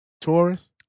Taurus